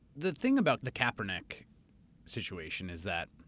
the thing about the kaepernick situation is that.